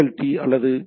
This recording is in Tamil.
டி அல்லது ஜி